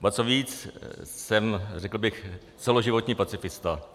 Ba co víc, jsem, řekl bych, celoživotní pacifista.